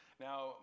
Now